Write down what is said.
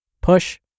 push